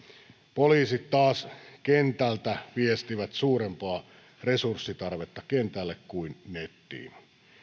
poliisit taas kentältä viestivät suurempaa resurssitarvetta kentälle kuin nettiin